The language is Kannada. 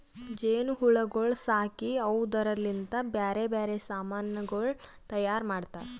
ಜೇನು ಹುಳಗೊಳ್ ಸಾಕಿ ಅವುದುರ್ ಲಿಂತ್ ಬ್ಯಾರೆ ಬ್ಯಾರೆ ಸಮಾನಗೊಳ್ ತೈಯಾರ್ ಮಾಡ್ತಾರ